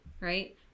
right